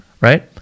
right